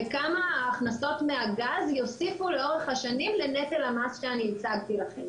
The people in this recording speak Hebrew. וכמה ההכנסות מהגז יוסיפו לאורך השנים לנטל המס שהצגתי לכם,